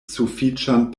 sufiĉan